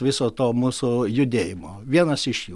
viso to mūsų judėjimo vienas iš jų